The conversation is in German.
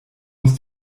muss